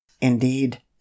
Indeed